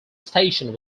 station